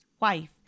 wife